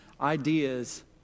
ideas